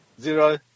Zero